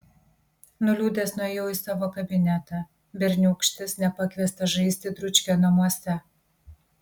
nuliūdęs nuėjau į savo kabinetą berniūkštis nepakviestas žaisti dručkio namuose